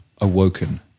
awoken